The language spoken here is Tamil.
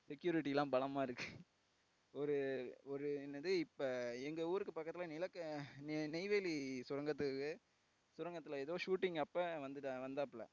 செக்யூரிட்டிலாம் பலமாக இருக்குது ஒரு ஒரு என்னது இப்போ எங்கள் ஊருக்கு பக்கத்தில் நிலக்க நெய்வேலி சுரங்கத்துக்கு சுரங்கத்தில் எதோ ஷூட்டிங் அப்போது வந்தாப்ல